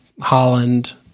Holland